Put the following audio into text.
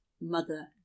mother